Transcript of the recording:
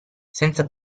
senza